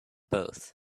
both